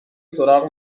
سراغ